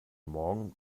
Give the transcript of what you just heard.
morgen